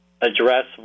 address